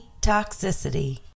toxicity